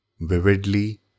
Vividly